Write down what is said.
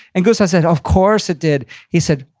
and gustav said, of course it did. he said,